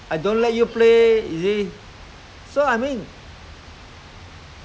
they're growing is they they they growing on that type of en~ environment